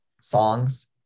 songs